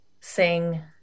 sing